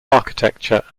architecture